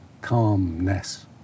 calmness